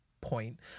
point